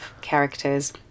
characters